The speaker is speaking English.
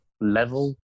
level